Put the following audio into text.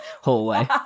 hallway